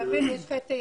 אייל,